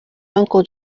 uncle